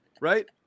Right